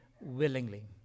willingly